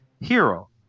hero